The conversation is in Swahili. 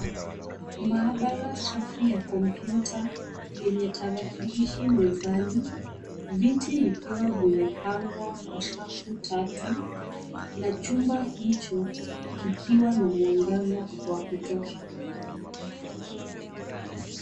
Maabara safi ya kompyuta yenye tarakilishi mezani viti vikiwa vimepangwa kwa safu tatu na chumba hicho kikiwa na mwangaza wa kutosha.